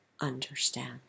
understand